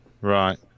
Right